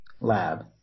lab